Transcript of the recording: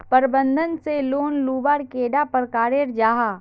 प्रबंधन से लोन लुबार कैडा प्रकारेर जाहा?